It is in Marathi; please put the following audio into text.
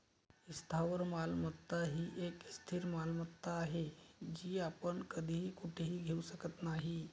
स्थावर मालमत्ता ही एक स्थिर मालमत्ता आहे, जी आपण कधीही कुठेही घेऊ शकत नाही